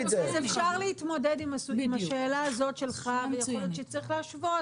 אז אפשר להתמודד עם השאלה הזאת שלך ויכול להיות שצריך להשוות